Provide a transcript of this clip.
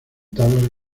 tablas